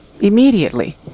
Immediately